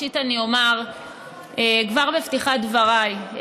ראשית אני אומר כבר בפתיחת דבריי,